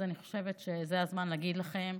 אז אני חושבת שזה הזמן להגיד לכם,